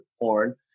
porn